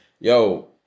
yo